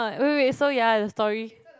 wait wait wait so ya the story